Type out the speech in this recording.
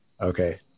okay